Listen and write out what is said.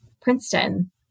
Princeton